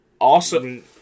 Awesome